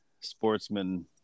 sportsman